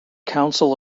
council